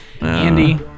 Andy